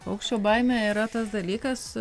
aukščio baimė yra tas dalykas